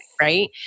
right